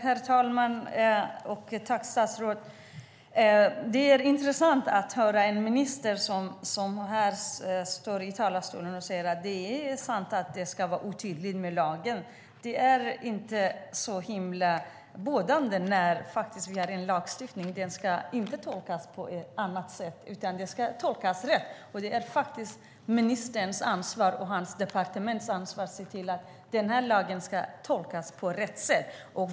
Herr talman! Tack, statsrådet! Det är intressant att höra en minister stå här i talarstolen och säga att det ska vara otydligt i lagen. Det är inte så himla bådande. Vi har en lagstiftning, och den ska inte tolkas på annat sätt utan ska tolkas rätt. Det är faktiskt ett ansvar för ministern och hans departement att se till att lagen tolkas rätt.